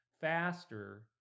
faster